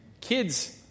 kids